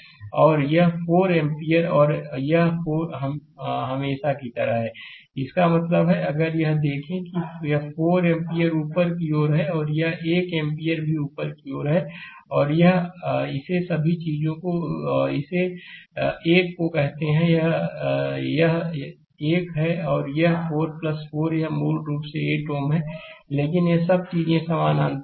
और यह 4 एम्पीयर और यह 4 हमेशा की तरह है इसका मतलब है अगर यह देखें कि यह 4 एम्पीयर ऊपर की ओर है और यह 1 एम्पीयर भी ऊपर की ओर है और यह आर इस सभी चीजों को इस एक को कहते हैं यह एक यह एक और यह 4 4 यह मूल रूप से 8 Ω है लेकिन यह सब चीजें समानांतर में हैं